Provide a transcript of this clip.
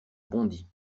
bondit